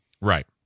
Right